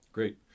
Great